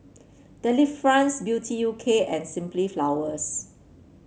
Delifrance Beauty U K and Simply Flowers